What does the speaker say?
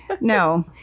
No